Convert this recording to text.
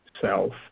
self